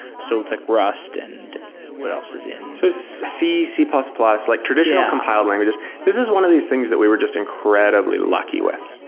so it's like rust and what else is in so so c, c plus plus, like traditional compiled languages. this is one of these things that we were just incredibly lucky with,